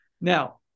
Now